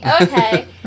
Okay